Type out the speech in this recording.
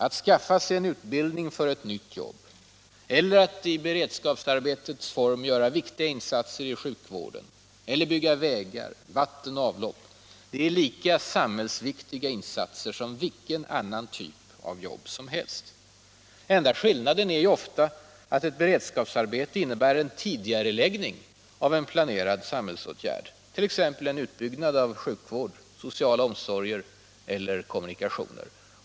Att skaffa sig utbildning för ett nytt jobb eller att i beredskapsarbetets form verka i sjukvården eller bygga vägar, vatten och avlopp, är lika samhällsviktiga insatser som vilken annan typ av jobb som helst. Den enda skillnaden är ofta att ett beredskapsarbete innebär tidigareläggning av en planerad samhällsåtgärd, t.ex. en utbyggnad av sjukvård, sociala omsorger eller kommunikationer.